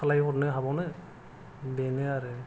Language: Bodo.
खालाय हरनो हाबावनो बेनो आरो